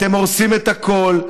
אתם הורסים את הכול.